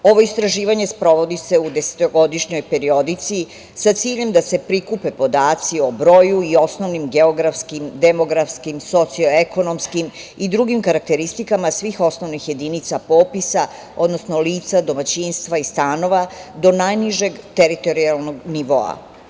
Ovo istraživanje sprovodi se u desetogodišnjoj periodici sa ciljem da se prikupe podaci o broju i osnovnim geografskim, demografskim, socio-ekonomskim i drugim karakteristikama svih ostalih jedinica popisa odnosno lica, domaćinstva i stanova, do najnižeg teritorijalnog nivoa.